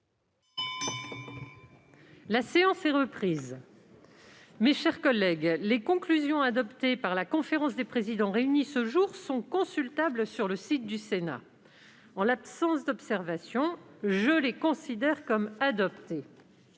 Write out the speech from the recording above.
La séance est reprise. Mes chers collègues, les conclusions adoptées par la conférence des présidents réunie ce jour sont consultables sur le site du Sénat. En l'absence d'observations, je les considère comme adoptées.-